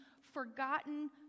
forgotten